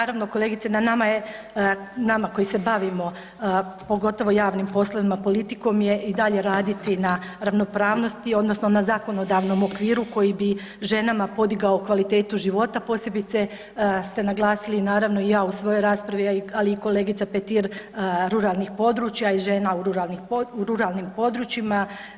Naravno kolegice, na nama je nama koji se bavimo pogotovo javnim poslovima politikom je i dalje raditi na ravnopravnosti odnosno na zakonodavnom okviru koji bi ženama podigao kvalitetu života, posebice ste naglasili naravno i ja u svojoj raspravi, ali i kolegica Petir ruralnih područja i žena u ruralnim područjima.